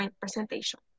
presentation